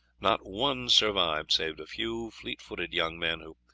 not one survived save a few fleet-footed young men who,